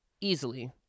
Easily